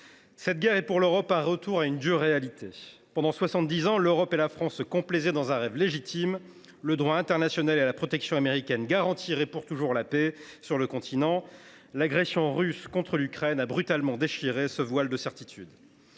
Cette guerre est pour l’Europe un retour à une dure réalité. Pendant soixante dix ans, l’Europe et la France se sont complu dans un rêve légitime : le droit international et la protection américaine garantiraient pour toujours la paix sur le continent. L’agression russe contre l’Ukraine a brutalement déchiré ce voile de certitudes.